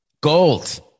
Gold